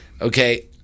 okay